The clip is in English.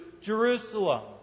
Jerusalem